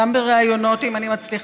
גם בראיונות אם אני מצליחה,